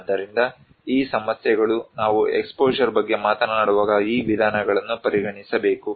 ಆದ್ದರಿಂದ ಈ ಸಮಸ್ಯೆಗಳು ನಾವು ಎಕ್ಸ್ಪೋಷರ್ ಬಗ್ಗೆ ಮಾತನಾಡುವಾಗ ಈ ವಿಧಾನಗಳನ್ನು ಪರಿಗಣಿಸಬೇಕು